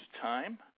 time